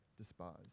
despise